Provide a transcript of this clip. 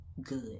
good